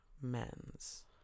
Men's